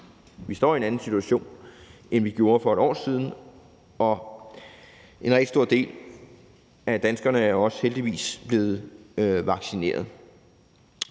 står vi i en anden situation, end vi gjorde for et år siden, og en rigtig stor del af danskerne er heldigvis også blevet vaccineret.